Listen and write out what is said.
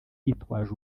yitwaje